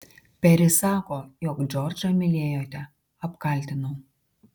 peris sako jog džordžą mylėjote apkaltinau